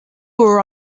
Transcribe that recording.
were